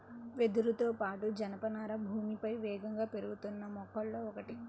వెదురుతో పాటు, జనపనార భూమిపై వేగంగా పెరుగుతున్న మొక్కలలో ఒకటి